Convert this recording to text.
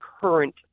current